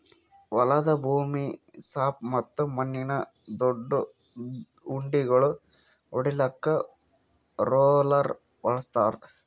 ಹೊಲದ ಭೂಮಿ ಸಾಪ್ ಮತ್ತ ಮಣ್ಣಿನ ದೊಡ್ಡು ಉಂಡಿಗೋಳು ಒಡಿಲಾಕ್ ರೋಲರ್ ಬಳಸ್ತಾರ್